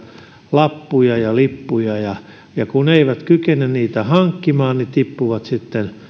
lappuja ja lippuja ja ja kun he eivät kykene niitä hankkimaan niin he tippuvat sitten